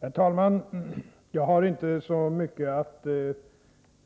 Herr talman! Jag har inte så mycket att